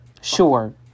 Sure